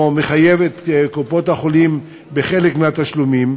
או מחייב את קופות-החולים בחלק מהתשלומים,